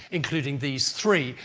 including these three,